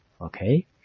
Okay